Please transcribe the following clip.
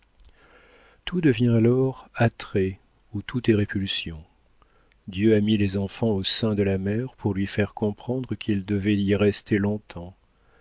tout devient alors attrait ou tout est répulsion dieu a mis les enfants au sein de la mère pour lui faire comprendre qu'ils devaient y rester longtemps